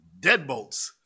Deadbolts